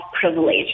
privilege